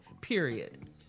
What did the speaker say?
period